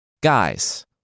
Guys